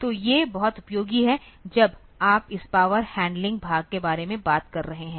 तो ये बहुत उपयोगी हैं जब आप इस पावर हैंडलिंग भाग के बारे में बात कर रहे हैं